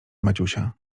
maciusia